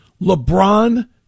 LeBron